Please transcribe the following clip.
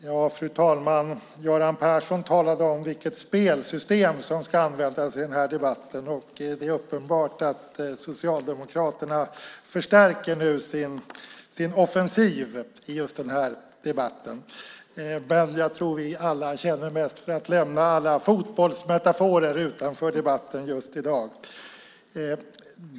Fru talman! Göran Persson talade om vilket spelsystem som ska användas i den här debatten. Det är uppenbart att Socialdemokraterna nu förstärker sin offensiv i just den här debatten. Men jag tror att vi alla känner för att lämna alla fotbollsmetaforer utanför debatten just i dag.